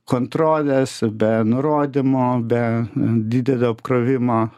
kontrolės be nurodymo be didelio apkrovimo